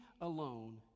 alone